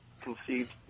conceived